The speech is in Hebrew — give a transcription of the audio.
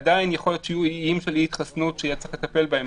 עדיין יכול להיות שיהיו איים של אי התחסנות שיהיה צריך לטפל בהם.